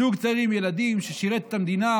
זוג צעיר עם ילדים ששירת את המדינה,